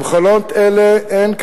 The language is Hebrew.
למכונות אלה אין,